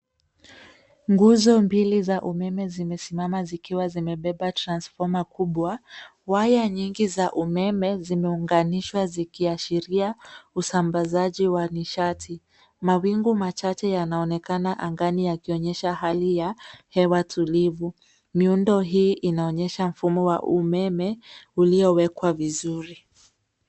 Nguzo mbili za umeme zimesimama zikiwa zimebeba transfoma kubwa. Waya nyingi za umeme zimeunganishwa zikiashiria usambazaji wa nishati. Mawingu machache yanaonekana angani yakionyesha hali ya hewa tulivu. Miundo hii inaonyesha mfumo wa umeme uliowekwa vizuri.